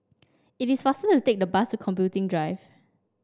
it is faster to take the bus Computing Drive